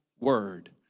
word